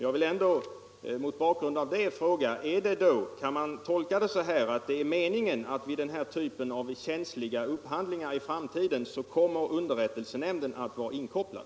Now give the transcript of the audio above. Jag vill mot bakgrund av det fråga: Kan neutralitetspoliti man tolka uttalandet så, att det är meningen att vid denna typ av känsliga upphandlingar i framtiden underrättelsenämnden kommer att vara inkopplad?